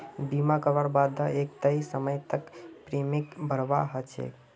बीमा करवार बा द एक तय समय तक प्रीमियम भरवा ह छेक